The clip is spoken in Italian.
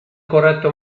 corretto